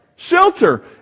Shelter